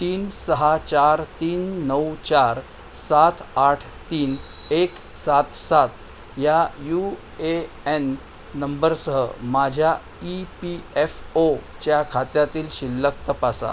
तीन सहा चार तीन नऊ चार सात आठ तीन एक सात सात या यू ए एन नंबरसह माझ्या ई पी एफ ओच्या खात्यातील शिल्लक तपासा